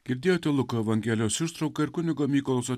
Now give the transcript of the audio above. girdėjote luko evangelijos ištrauką ir kunigo mykolo